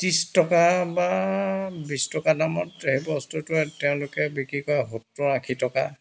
ত্ৰিছ টকা বা বিশ টকা দামত সেই বস্তুটো তেওঁলোকে বিক্ৰী কৰে সত্তৰ আশী টকা